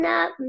up